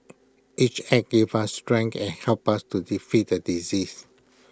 each act gave us strength and helped us to defeat the disease